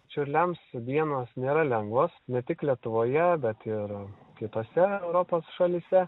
čiurliams dienos nėra lengvos ne tik lietuvoje bet ir kitose europos šalyse